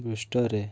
ପୃଷ୍ଠରେ